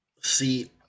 See